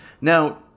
Now